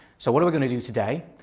so what are we going to do today?